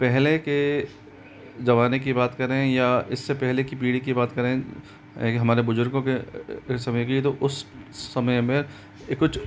पहले के ज़माने की बात करें या इससे पहले की पीढ़ी की बात करें हमारे बुजुर्गों के समय की तो उस समय में कुछ